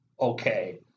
okay